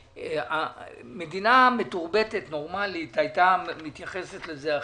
מדינה מתורבתת נורמלית הייתה מתייחסת לזה אחרת.